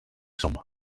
some